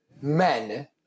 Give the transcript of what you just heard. men